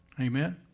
amen